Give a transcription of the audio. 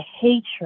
hatred